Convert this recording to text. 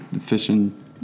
fishing